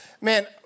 Man